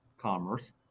commerce